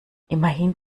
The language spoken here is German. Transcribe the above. immerhin